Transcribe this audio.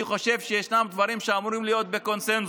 אני חושב שיש דברים שאמורים להיות בקונסנזוס.